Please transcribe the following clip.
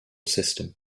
system